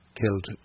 killed